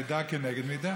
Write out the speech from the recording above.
מידה כנגד מידה.